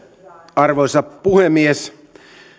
arvoisa puhemies